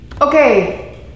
okay